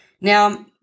Now